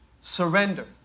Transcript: surrender